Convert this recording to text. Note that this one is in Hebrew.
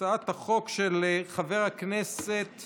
החוק לעידוד